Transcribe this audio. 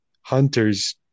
hunters